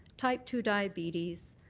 type two diabetes.